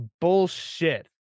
Bullshit